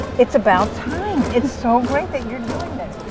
it's about time. it's so great that you're doing this.